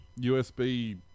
USB